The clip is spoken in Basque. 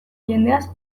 jendeaz